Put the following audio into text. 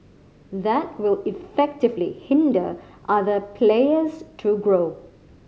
that will effectively hinder other players to grow